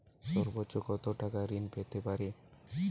সর্বোচ্চ কত টাকা ঋণ পেতে পারি?